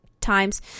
times